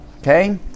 Okay